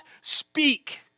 speak